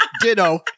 Ditto